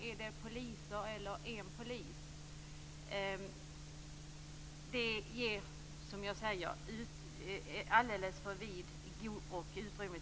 Är det poliser eller en polis? Det ger, som jag säger, alldeles för vitt utrymme för godtycklighet.